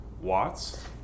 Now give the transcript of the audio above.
Watts